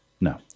No